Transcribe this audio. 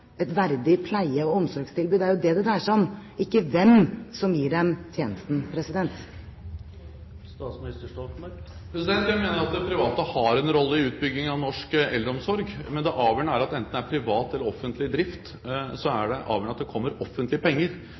et verdig pleie- og omsorgstilbud. Det er jo det det dreier seg om, ikke hvem som gir dem tjenesten. Jeg mener at det private har en rolle i utbygging av norsk eldreomsorg, men det avgjørende er at det enten det er privat eller offentlig drift, kommer offentlige penger.